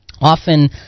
often